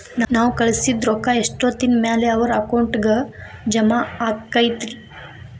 ನಾವು ಕಳಿಸಿದ್ ರೊಕ್ಕ ಎಷ್ಟೋತ್ತಿನ ಮ್ಯಾಲೆ ಅವರ ಅಕೌಂಟಗ್ ಜಮಾ ಆಕ್ಕೈತ್ರಿ?